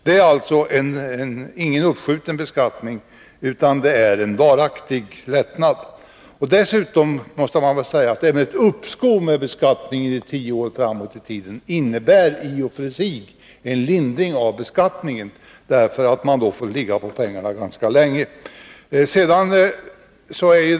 Det är alltså ingen uppskjuten beskattning, utan en varaktig lättnad. Dessutom måste man väl säga att uppskov med beskattning tio år framåt i tiden i och för sig innebär en lindring av beskattningen, eftersom man får ligga på pengarna ganska länge.